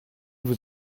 vous